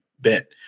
bit